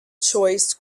choice